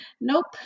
Nope